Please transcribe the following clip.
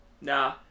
nah